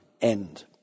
end